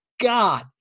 God